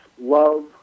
love